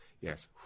Yes